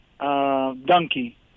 donkey